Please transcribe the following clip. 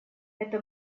эта